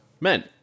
men